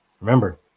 Remember